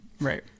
Right